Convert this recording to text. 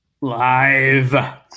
Live